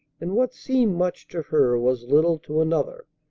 and what seemed much to her was little to another.